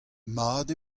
mat